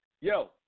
Yo